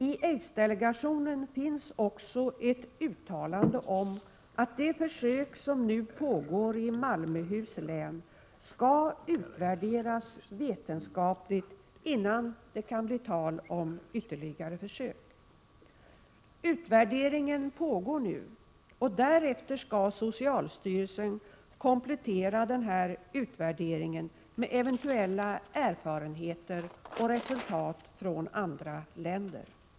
I aidsdelegationen finns också ett uttalande om att det försök som pågår i Malmöhus län skall utvärderas vetenskapligt innan det kan bli tal om ytterligare försök. Utvärderingen pågår nu, och därefter skall socialstyrelsen komplettera denna utvärdering med eventuella erfarenheter och resultat från andra länder.